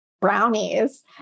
brownies